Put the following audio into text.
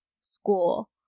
school